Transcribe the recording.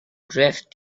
drift